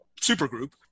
supergroup